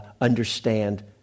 understand